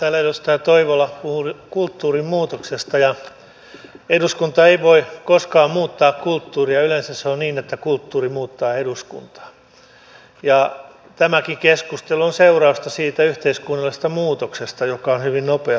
täällä edustaja toivola puhui kulttuurinmuutoksesta ja eduskunta ei voi koskaan muuttaa kulttuuria yleensä se on niin että kulttuuri muuttaa eduskuntaa ja tämäkin keskustelu on seurausta siitä yhteiskunnallisesta muutoksesta joka on hyvin nopeasti tapahtunut